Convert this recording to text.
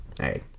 hey